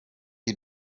you